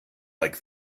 like